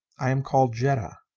i am called jetta.